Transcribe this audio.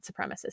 supremacists